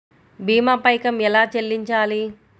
భీమా పైకం ఎలా చెల్లించాలి?